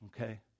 okay